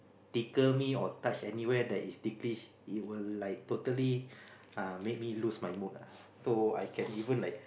tickle me or touch anywhere that is ticklish it will like totally uh make me lose my mood uh so I can even like